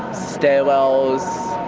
stairwells,